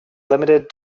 limited